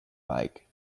like